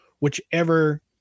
whichever